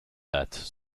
dates